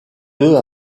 deux